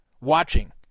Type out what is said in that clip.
watching